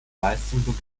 leistung